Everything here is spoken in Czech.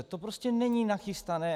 To prostě není nachystané.